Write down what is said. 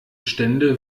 stände